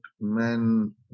men